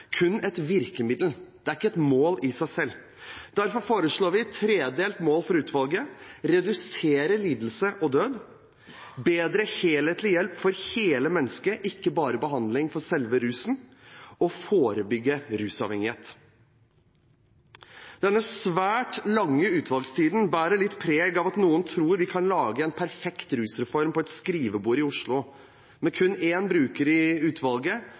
kun et virkemiddel og ikke et mål i seg selv. Derfor foreslår vi et tredelt mål for utvalget: redusere lidelse og død, mer helhetlig hjelp for hele mennesket, ikke bare behandling for selve rusen, og å forebygge rusavhengighet. Denne svært lange utvalgstiden bærer litt preg av at noen tror de kan lage en perfekt rusreform på et skrivebord i Oslo, og med kun én bruker i utvalget